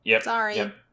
Sorry